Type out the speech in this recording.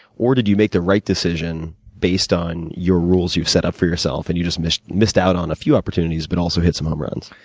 or, did you make the right decision, based on your rules you set up for yourself, and you missed missed out on a few opportunities, but also hit some home runs?